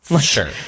Sure